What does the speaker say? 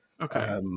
Okay